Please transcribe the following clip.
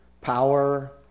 power